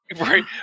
Right